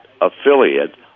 affiliate